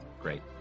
great